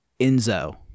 Enzo